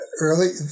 early